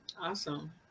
Awesome